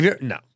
No